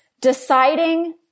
Deciding